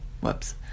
whoops